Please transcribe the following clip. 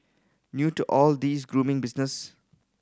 new to all this grooming business